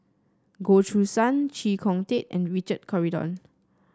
Goh Choo San Chee Kong Tet and Richard Corridon